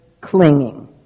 clinging